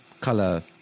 color